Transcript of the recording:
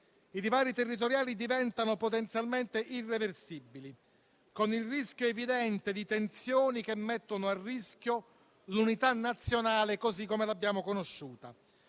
I divari territoriali diventano potenzialmente irreversibili, con il rischio evidente di tensioni che mettono a rischio l'unità nazionale così come l'abbiamo conosciuta.